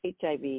HIV